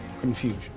confusion